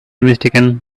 mistaken